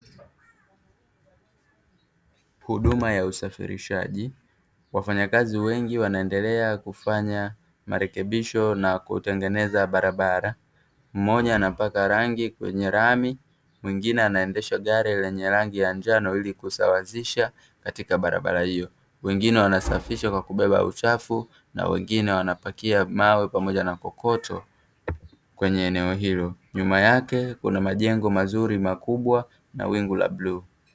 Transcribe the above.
Huduma ya usafirishaji wafanyakazi wengi wanaendelea kufanya marekebisho na kutengenezea barabara, mmoja anapaka rangi kwenye lami mwingine anaendesha gari lenye rangi ya njano, ili kusawazisha katika barabara hio wengine wanasafisha kwa kubeba uchafu na wengine wanapakia mawe pamoja na kokoto kwenye eneo hilo, nyuma yake kuna majengo mazuri makubwa na wingu la bluu.